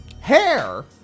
hair